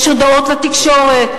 יש הודעות לתקשורת.